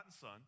son